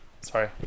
Sorry